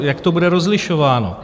Jak to bude rozlišováno?